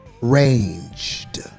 ranged